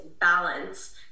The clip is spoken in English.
balance